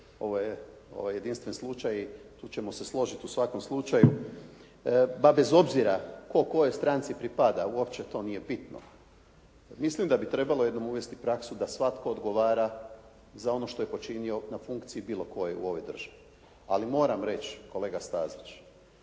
ovo je jedinstven slučaj, tu ćemo se složiti u svakom slučaju. Pa bez obzira tko kojoj stranci pripada, uopće to nije bitno, mislim da bi trebalo jednom uvesti praksu da svatko odgovora za ono što je počinio na funkciji bilo kojoj u ovoj državi. Ali moram reći, kolega Stazić